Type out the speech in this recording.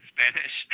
Spanish